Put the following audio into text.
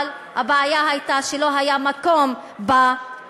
אבל הבעיה הייתה שלא היה מקום במקלט.